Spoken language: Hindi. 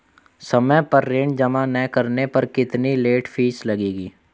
समय पर ऋण जमा न करने पर कितनी लेट फीस लगेगी?